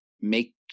make